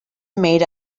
made